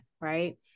right